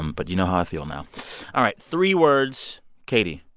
um but you know how i feel now all right. three words katie,